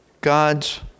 God's